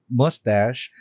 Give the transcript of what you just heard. mustache